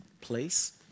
place